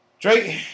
Drake